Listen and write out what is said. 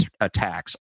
attacks